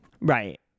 right